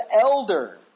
elder